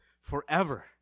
forever